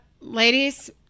Ladies